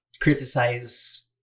criticize